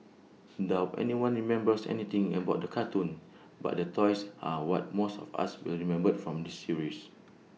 doubt anyone remembers anything about the cartoons but the toys are what most of us will remember from this series